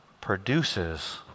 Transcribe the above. produces